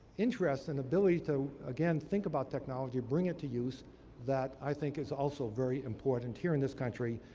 interest and ability to, again, think about technology, bring it to use that i think is also very important here in this country.